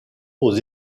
aux